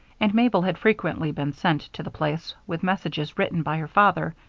and mabel had frequently been sent to the place with messages written by her father,